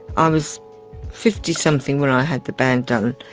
i was fifty something when i had the band done,